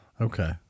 Okay